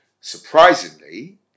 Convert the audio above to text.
Surprisingly